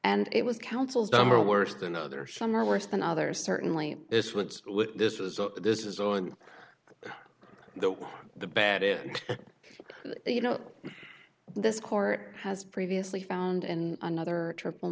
and it was councils number worse than others some are worse than others certainly this was this was this is on the the bad end you know this court has previously found in another triple